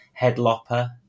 Headlopper